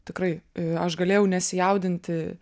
tikrai aš galėjau nesijaudinti